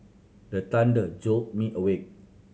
the thunder jolt me awake